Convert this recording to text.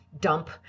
dump